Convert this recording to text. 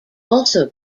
also